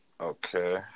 Okay